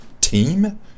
team